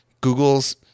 Google's